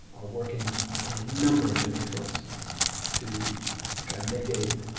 are working on a number of different fronts to try to mitigate